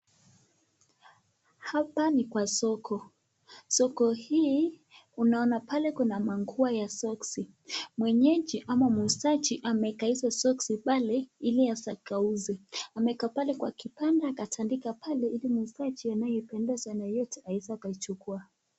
Hapa ni kwa soko. Soko hii unaona pale kuna manguo ya soksi . Mwenyeji ama muuzaji ameeka hizo soksi pale ili akauze. Ameeka pale kwa kibanda, akatandika pale ili muuzaji anayependezwa na yoyote aweze akaichukua.